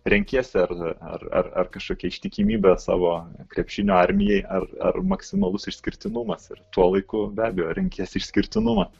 renkiesi ar ar ar kažkokią ištikimybę savo krepšinio armijai ar ar maksimalus išskirtinumas ir tuo laiku be abejo renkiesi išskirtinumą